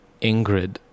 Ingrid